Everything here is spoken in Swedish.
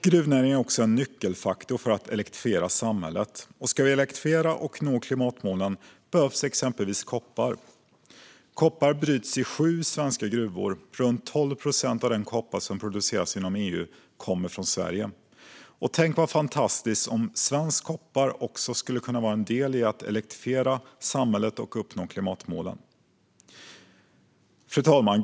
Gruvnäringen är också en nyckelfaktor för att elektrifiera samhället. Ska vi elektrifiera och nå klimatmålen behövs exempelvis koppar. Koppar bryts i sju svenska gruvor. Runt 12 procent av den koppar som produceras inom EU kommer från Sverige. Tänk vad fantastiskt om svensk koppar skulle kunna vara en del i att elektrifiera samhället och uppnå klimatmålen! Fru talman!